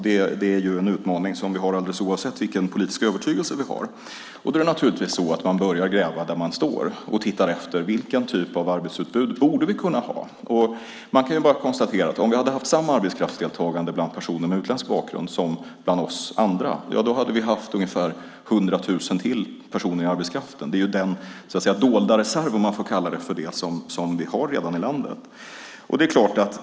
Det är en utmaning som vi har alldeles oavsett vilken politisk övertygelse vi har. Då börjar man naturligtvis gräva där man står och tittar efter vilken typ av arbetsutbud vi borde kunna ha. Om vi hade haft samma arbetskraftsdeltagande bland personer med utländsk bakgrund som bland oss andra hade vi haft ungefär 100 000 personer till i arbetskraften. Det är den dolda reserv, om man får kalla det för det, som vi redan har i landet.